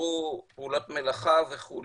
אפשרו פעולות מלאכה וכו'.